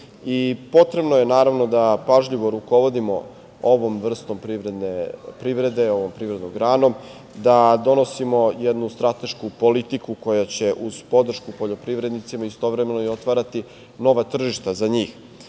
Potrebno je, naravno, da pažljivo rukovodimo ovom vrstom privrede, ovom privrednom granom, da donosimo jednu stratešku politiku koja će, uz podršku poljoprivrednicima, istovremeno i otvarati nova tržišta za njih.